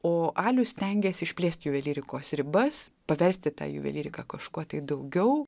o alius stengėsi išplėst juvelyrikos ribas paversti tą juvelyriką kažkuo tai daugiau